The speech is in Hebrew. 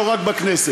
לא רק בכנסת.